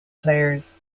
players